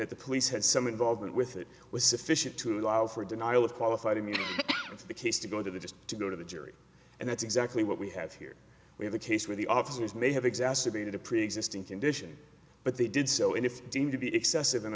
that the police had some involvement with it was sufficient to allow for a denial of qualified immunity to the case to go to the just to go to the jury and that's exactly what we have here we have a case where the officers may have exacerbated a preexisting condition but they did so if deemed to be excessive an